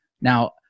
Now